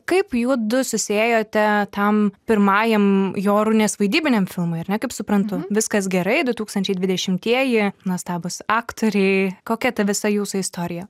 kaip judu susiėjote tam pirmajam jorūnės vaidybiniam filmui ar ne kaip suprantu viskas gerai du tūkstančiai dvidešimtieji nuostabūs aktoriai kokia ta visa jūsų istorija